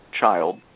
child